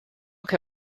que